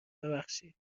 ببخشید